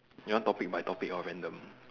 you want topic by topic or random